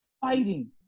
fighting